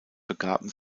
begaben